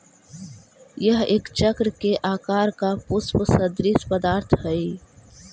यह एक चक्र के आकार का पुष्प सदृश्य पदार्थ हई